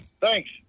Thanks